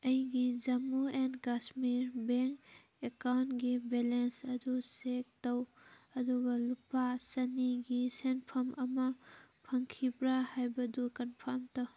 ꯑꯩꯒꯤ Jammu and Kashmir bank ꯑꯦꯛꯀꯥꯎꯟꯒꯤ balance ꯑꯗꯨ ꯆꯦꯛ ꯇꯧ ꯑꯗꯨꯒ ꯂꯨꯄꯥ ꯆꯥꯅꯤꯒꯤ ꯁꯦꯟꯐꯝ ꯑꯃ ꯐꯪꯈꯤꯕ꯭ꯔꯥ ꯍꯥꯏꯕꯗꯨ ꯀꯟꯐꯥꯝ ꯇꯧ